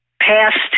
past